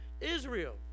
Israel